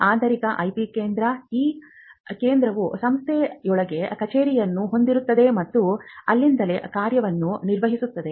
ಆಂತರಿಕ ಐಪಿ ಕೇಂದ್ರ ಈ ಕೇಂದ್ರವು ಸಂಸ್ಥೆಯೊಳಗೆ ಕಚೇರಿಯನ್ನು ಹೊಂದಿರುತ್ತದೆ ಮತ್ತು ಅಲ್ಲಿಂದಲೇ ಕಾರ್ಯವನ್ನು ನಿರ್ವಹಿಸುತ್ತದೆ